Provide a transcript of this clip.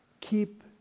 Keep